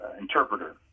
interpreter